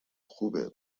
خوبه